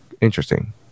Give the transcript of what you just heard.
Interesting